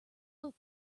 look